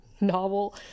novel